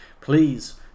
Please